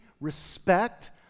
respect